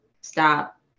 stop